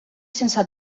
sense